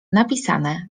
napisane